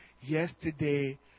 yesterday